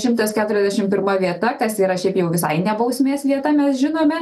šimtas keturiasdešim pirma vieta kas yra šiaip jau visai ne bausmės vieta mes žinome